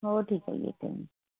हो ठीक आहे येते मी